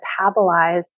metabolized